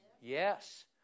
Yes